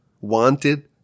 wanted